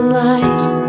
life